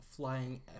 Flying